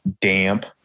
damp